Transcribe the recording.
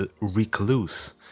recluse